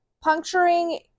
puncturing